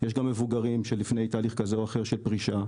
יש גם מבוגרים שלפני תהליך כזה או אחר של פרישה,